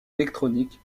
électronique